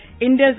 India's